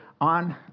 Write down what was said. on